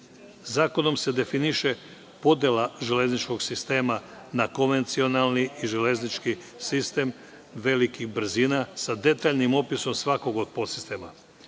prevoza. Zakonom se definiše podela železničkog sistema na konvencionalni i železnički sistem velikih brzina sa detaljnim opisom svakog od podsistema,